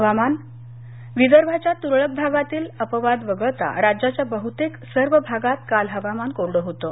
हवामान विदर्भांच्या तुरळक भागातील अपवाद वगळता राज्याच्या बह्तेक सर्व भागात काल हवामान कोरडं होतं